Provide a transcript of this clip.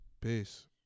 Peace